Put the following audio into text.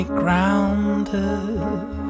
grounded